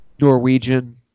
Norwegian